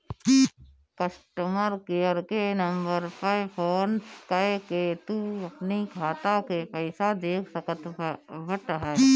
customer care के number पअ phone कअ के तू अपनी खाता के पईसा देख सकत बटअ